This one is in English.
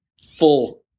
full